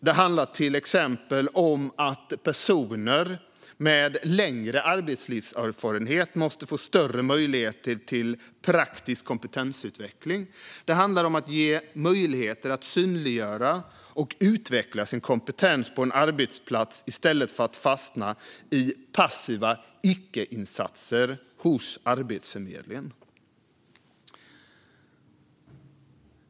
Det handlar till exempel om att personer med längre arbetslivserfarenhet måste få större möjlighet till praktisk kompetensutveckling. Det handlar om att ges möjlighet att synliggöra och utveckla sin kompetens på en arbetsplats i stället för att fastna i passiva icke-insatser hos Arbetsförmedlingen.